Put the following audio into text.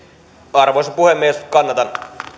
arvoisa puhemies kannatan